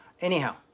Anyhow